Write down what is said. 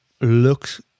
look